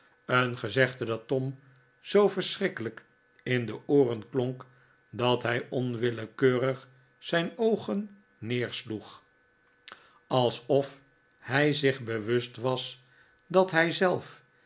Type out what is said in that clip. een gezegde dat tom zoo verschrikkelijk in de ooren klonk dat hij onwillekeurig zijn oogen neersloeg alsof hij zich bewust was dat hij zelf